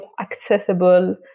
accessible